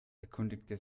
erkundigte